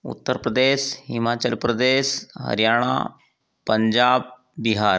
Uttar Pradesh Himachal Pradesh Haryana Punjab Bihar